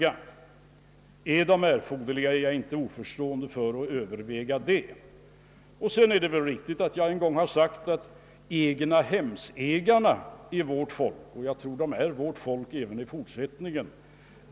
är åtgärder av det slaget erforderliga står jag inte oförstående inför tanken :' att överväga att vidta sådana. Det är väl riktigt att jag någon gång sagt att egnahemsägarna är »vårt folk» och jag tror att de kommer att:vara det även i fortsättningen.